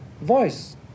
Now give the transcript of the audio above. voice